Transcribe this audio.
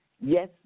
Yes